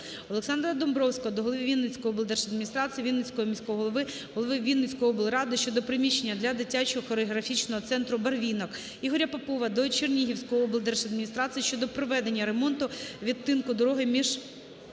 Олександра Домбровського до голови Вінницької облдержадміністрації, Вінницького міського голови, голови Вінницької обласної ради щодо приміщення для дитячого хореографічного центру "Барвінок". Ігоря Попова до Чернігівської облдержадміністрації щодо проведення ремонту відтинку дороги між